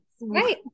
Right